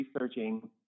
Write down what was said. researching